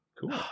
Cool